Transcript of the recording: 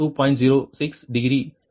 06 degree சரியா